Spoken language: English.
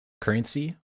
currency